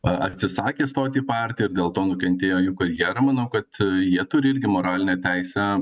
a atsisakė stot į partiją dėl to nukentėjo juka hermano kad jie turi irgi moralinę teisę